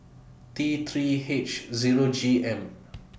T three H Zero G M